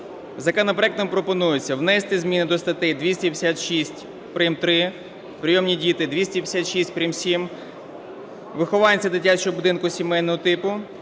Законопроектом пропонується внести зміни до статей 256 прим.3 "Прийомні діти", 256 прим.7 "Вихованці дитячого будинку сімейного типу"